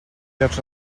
llocs